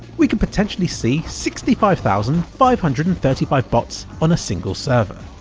we could potentially see sixty five thousand five hundred and thirty five bots on a single server!